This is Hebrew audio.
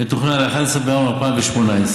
מתוכנן ל-11 בינואר 2018,